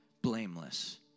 blameless